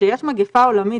כשיש מגפה עולמית,